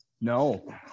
No